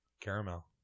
Caramel